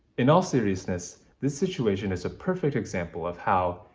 in all seriousness, this situation is a perfect example of how,